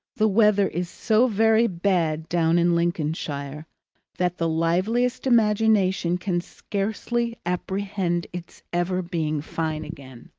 the weather is so very bad down in lincolnshire that the liveliest imagination can scarcely apprehend its ever being fine again.